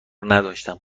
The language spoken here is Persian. نداشتم